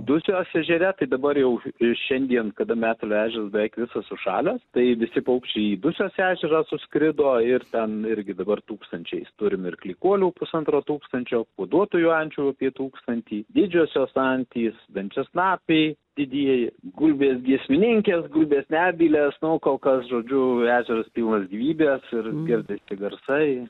dusios ežere tai dabar jau i šiandien kada metelio ežeras beveik visas užšalęs tai visi paukščiai į dusios ežerą suskrido ir ten irgi dabar tūkstančiais turim ir klykuolių pusantro tūkstančio kuoduotųjų ančių apie tūkstantį didžiosios antys dančiasnapiai didieji gulbės giesmininkės gulbės nebylės no kol kas žodžiu ežeras pilnas gyvybės ir girdisi garsai